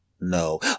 no